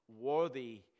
Worthy